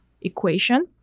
equation